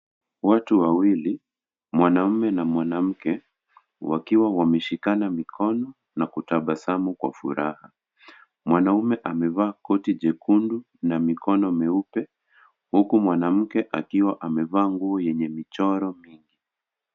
Watu wawili, mwanaume na mwanamke, wakiwa wameshikana mikono na kutabasamu kwa furaha. Mwanaume amevaa koti jekundu na mikono mieupe huku mwanamke akiwa amevaa nguo yenye michoro mingi.